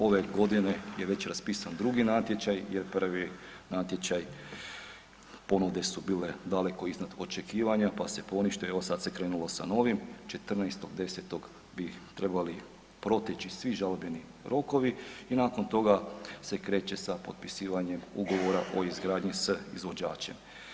Ove godine je već raspisan drugi natječaj jer prvi natječaj, ponude su bile daleko iznad očekivanja, pa se ponište, evo sad se krenulo sa novim, 14.10. bi ih trebali proteći svi žalbeni rokovi i nakon toga se kreće sa potpisivanjem Ugovora o izgradnji s izvođačem.